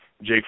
Jake